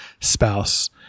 spouse